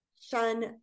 shun